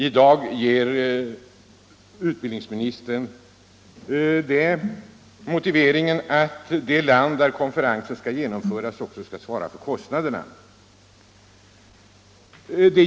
I dag ger utbildningsministern den motiveringen att det land där konferensen skall genomföras också skall svara för kostnaderna.